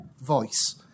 voice